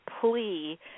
plea